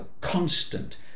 constant